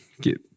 get